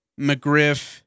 McGriff